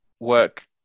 work